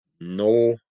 No